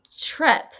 trip